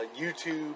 YouTube